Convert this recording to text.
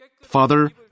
Father